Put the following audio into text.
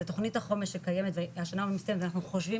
זאת תוכנית החומש שקיימת והשנה מסתיימת ואנחנו חושבים